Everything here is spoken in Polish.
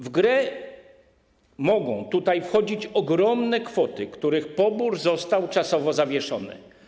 W grę mogą tutaj wchodzić ogromne kwoty, których pobór został czasowo zawieszony.